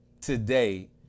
today